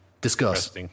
Discuss